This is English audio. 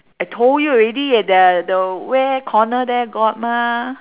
I told you already the the where corner there got mah